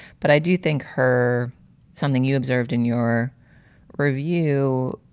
but i do think her something you observed in your review